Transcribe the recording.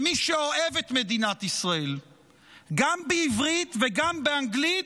ומי שאוהב את מדינת ישראל גם בעברית וגם באנגלית,